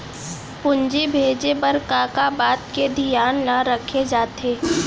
पूंजी भेजे बर का का बात के धियान ल रखे जाथे?